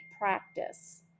practice